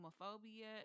homophobia